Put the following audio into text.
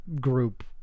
group